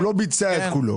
הוא לא ביצע את כולו.